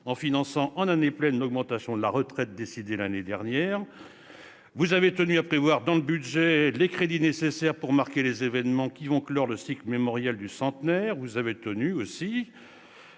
en finançant, en année pleine, l'augmentation de la retraite décidée l'année dernière. Vous avez aussi tenu à prévoir dans le budget les crédits nécessaires pour marquer les événements qui vont clore le cycle mémoriel du centenaire. Vous avez enfin